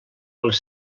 les